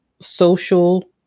social